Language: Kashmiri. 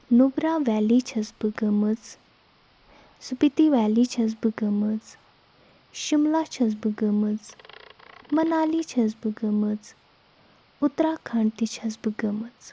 نُبرا ویلی چھَس بہٕ گٔمٕژ سُپیٖتی ویلی چھَس بہٕ گٔمٕژ شِملا چھَس بہٕ گٔمٕژ منالی چھَس بہٕ گٔمٕژ اُتراکھنٛڈ تہِ چھَس بہٕ گٔمٕژ